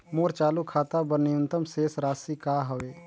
मोर चालू खाता बर न्यूनतम शेष राशि का हवे?